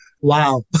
Wow